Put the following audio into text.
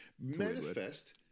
Manifest